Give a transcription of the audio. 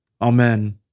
Amen